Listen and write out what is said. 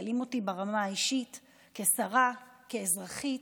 שמטלטלים אותי באמת ברמה האישית כשרה, כאזרחית,